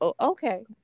okay